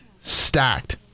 stacked